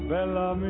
Bella